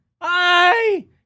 Hi